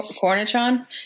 Cornichon